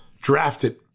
drafted